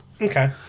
Okay